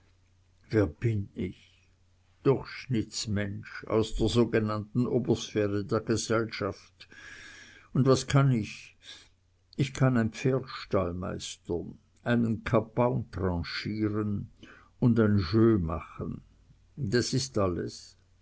wer bin ich durchschnittsmensch aus der sogenannten obersphäre der gesellschaft und was kann ich ich kann ein pferd stallmeistern einen kapaun tranchieren und ein jeu machen das ist alles